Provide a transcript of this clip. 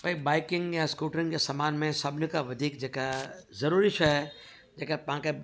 भई बाइकिंग या स्कूटरनि जे समान में सभिनी खां वधीक जेका ज़रूरी शइ जेका तव्हांखे